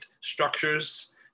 structures